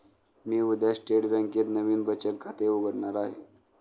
मी उद्या स्टेट बँकेत नवीन बचत खाते उघडणार आहे